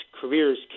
careers